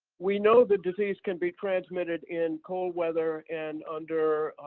we know the disease can be transmitted in cold weather and under